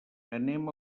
anem